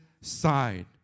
side